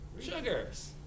Sugars